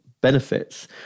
benefits